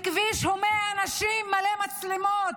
בכביש הומה אנשים ומלא במצלמות.